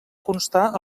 constar